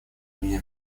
имени